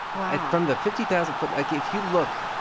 wow. from the fifty thousand foot like, if you look,